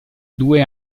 due